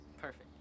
Perfect